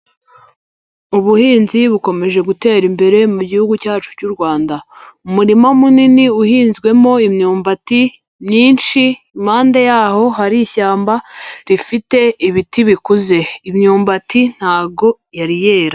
Ubuhinzi bukomeje gutera imbere mu gihugu cyacu cy'u Rwanda, umurima munini uhinzwemo imyumbati myinshi, impande y'aho hari ishyamba rifite ibiti bikuze, imyumbati ntago yari yera.